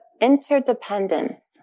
interdependence